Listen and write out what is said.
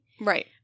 Right